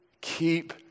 Keep